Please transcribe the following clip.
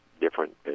different